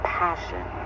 passion